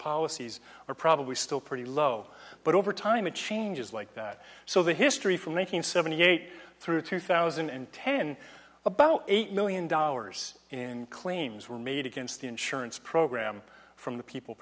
policies are probably still pretty low but over time it changes like that so the history for making seventy eight through two thousand and ten about eight million dollars in claims were made against the insurance program from the people